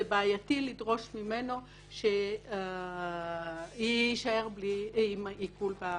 זה בעייתי לדרוש ממנו שיישאר עם עיקול בחשבון.